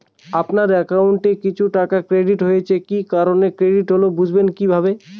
আপনার অ্যাকাউন্ট এ কিছু টাকা ক্রেডিট হয়েছে কি কারণে ক্রেডিট হল বুঝবেন কিভাবে?